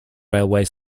railway